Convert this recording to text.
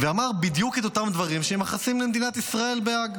ואמר בדיוק את אותם דברים שמייחסים למדינת ישראל בהאג.